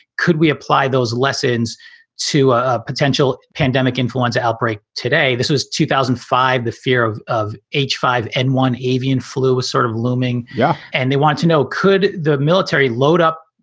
could we apply those lessons to a potential pandemic influenza outbreak today? this was two thousand and five. the fear of of h five n one avian flu is sort of looming. yeah, and they want to know, could the military load up,